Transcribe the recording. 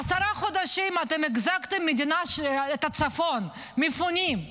עשרה חודשים החזקתם את הצפון, מפונים,